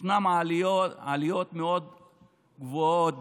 ישנן עליות מאוד גבוהות,